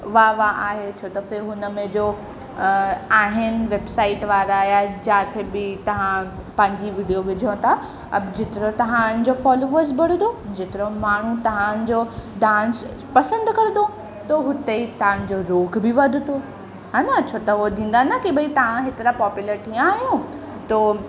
वाह वाह आहे छो दफ़े हुन में जो आहिनि वैबसाइट वारा या जिथे बि तव्हां पंहिंजी विडियो विझो था अब जेतिरो तव्हांजो फॉलोवर्स वधंदो जेतिरो माण्हू तव्हांजो डांस पसंदि कंदो त हुते ई तव्हांजो रोक बि वधंदो हा न छो त हूअं ॾींदा न कि भई तव्हां हेतिरा पॉपुलर कीअं आहियो त